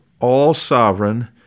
all-sovereign